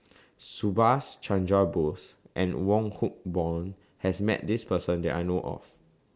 Subhas Chandra Bose and Wong Hock Boon has Met This Person that I know of